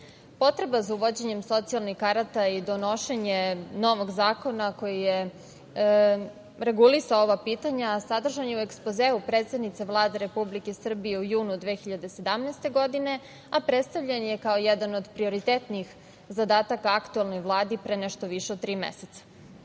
Potreba za uvođenjem socijalnih karata i donošenje novog zakona koji je regulisao ova pitanja sadržana je u ekspozeu predsednice Vlade Republike Srbije iz juna 2017. godine, a predstavljen je kao jedan od prioritetnih zadataka u aktuelnoj Vladi pre nešto više od tri meseca. Svrha